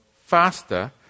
faster